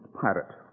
pirate